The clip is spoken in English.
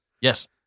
Yes